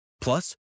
Plus